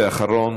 אחרון,